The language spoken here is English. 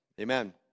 Amen